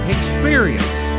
Experience